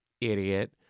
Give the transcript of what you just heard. idiot